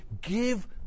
give